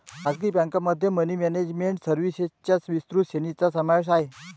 खासगी बँकेमध्ये money management सर्व्हिसेसच्या विस्तृत श्रेणीचा समावेश आहे